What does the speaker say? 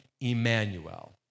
Emmanuel